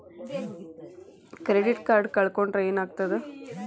Credit card ಕಳ್ಕೊಂಡ್ರ್ ಏನಾಗ್ತದ?